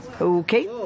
Okay